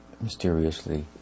mysteriously